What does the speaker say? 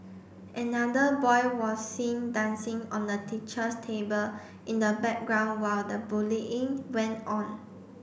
another boy was seen dancing on the teacher's table in the background while the bullying went on